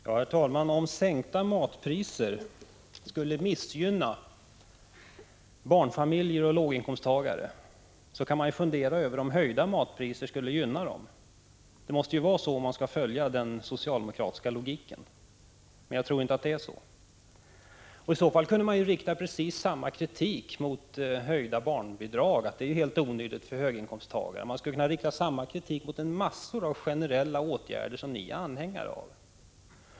Herr talman! Om sänkta matpriser skulle missgynna barnfamiljer och låginkomsttagare, kan man ju fundera över om höjda matpriser skulle gynna dem. Det måste ju vara så, om man skall följa den socialdemokratiska logiken, men jag tror inte att det är så. Iså fall kunde man rikta precis samma kritik mot att höja barnbidragen, för det är helt onödigt för höginkomsttagarna. Man skulle kunna rikta samma kritik mot massor av generella åtgärder som ni socialdemokrater är anhängare av.